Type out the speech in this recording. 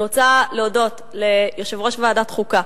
אני רוצה להודות ליושב-ראש ועדת החוקה,